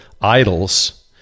idols